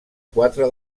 quatre